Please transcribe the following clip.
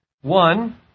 One